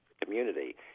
community